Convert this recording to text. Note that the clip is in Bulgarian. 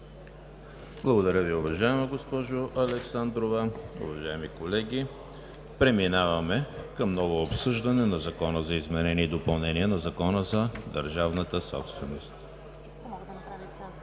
Благодаря Ви, уважаема госпожо Александрова. Уважаеми колеги, преминаваме към ново обсъждане на Закона за изменение и допълнение на Закона за държавната собственост.